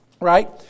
Right